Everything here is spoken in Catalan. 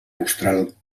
austral